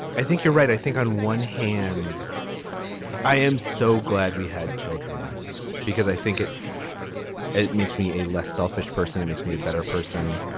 think you're right i think on one hand i am so glad we had children because i think it it makes me a less selfish person and makes me a better person.